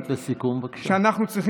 משפט לסיכום, בבקשה.